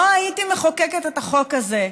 לא הייתי מחוקקת את החוק הזה,